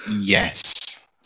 Yes